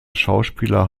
schauspieler